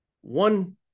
one